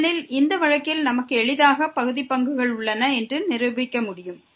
ஏனெனில் இந்த வழக்கில் நமக்கு எளிதாக பகுதி பங்குகள் உள்ளன என்று நிரூபிக்க முடியும்